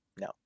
no